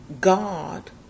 God